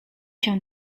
się